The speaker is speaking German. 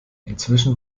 inzwischen